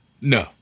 No